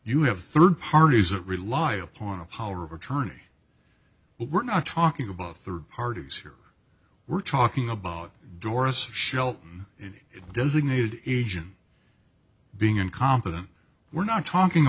you have third parties it rely upon a power of attorney but we're not talking about third parties here we're talking about doris shelton it designated agent being incompetent we're not talking